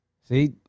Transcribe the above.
see